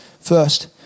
first